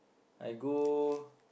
I go